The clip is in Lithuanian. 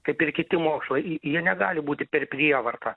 taip ir kiti mokslai jie negali būti per prievartą